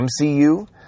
MCU